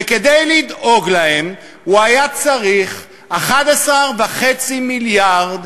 וכדי לדאוג להם הוא היה צריך 11.5 מיליארד,